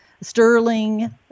Sterling